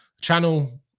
channel